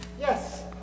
Yes